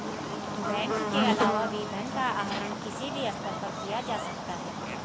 bank के अलावा भी धन का आहरण किसी भी स्तर पर किया जा सकता है